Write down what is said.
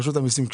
ברשות המיסים,